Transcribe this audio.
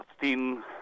thin